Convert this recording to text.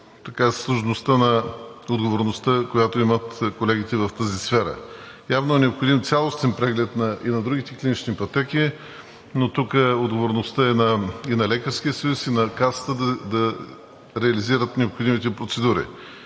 въобще сложността на отговорността, която имат колегите в тази сфера. Явно е необходим цялостен преглед и на другите клинични пътеки, но тук отговорността е и на Лекарския съюз, и на Касата да реализират необходимите процедури.